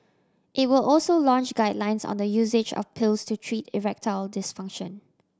it will also launch guidelines on the usage of pills to treat erectile dysfunction